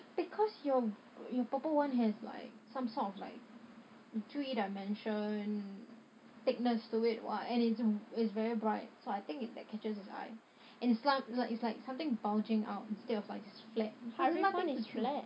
because your your purple one has some sort of like three dimension thickness to it what and it's very bright so I think that catches his eye and it's li~ like something bulging out hydraulic black